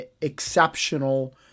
exceptional